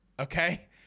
okay